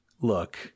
Look